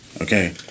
okay